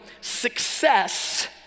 Success